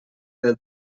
del